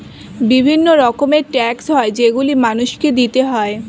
বিভিন্ন রকমের ট্যাক্স হয় যেগুলো মানুষকে দিতে হয়